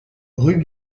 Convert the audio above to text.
rue